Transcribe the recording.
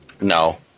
No